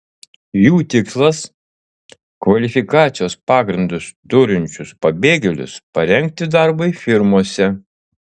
jų tikslas kvalifikacijos pagrindus turinčius pabėgėlius parengti darbui firmose